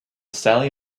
sallie